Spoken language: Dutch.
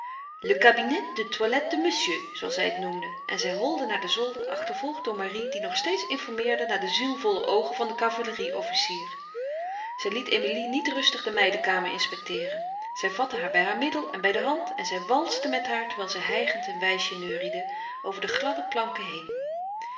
le cabinet de toilette de monsieur zooals zij het noemde en zij holde naar den zolder achtervolgd door marie die nog steeds informeerde naar de zielvolle oogen van den cavalerie-officier zij liet emilie niet rustig de meidenkamer inspecteeren zij vatte haar bij heur middel en bij de hand en zij walste met haar terwijl zij hijgend een wijsje neuriede over de gladde planken heen